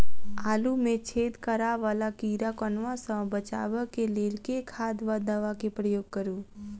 आलु मे छेद करा वला कीड़ा कन्वा सँ बचाब केँ लेल केँ खाद वा दवा केँ प्रयोग करू?